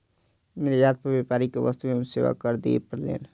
निर्यात पर व्यापारी के वस्तु एवं सेवा कर दिअ पड़लैन